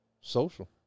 social